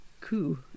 coup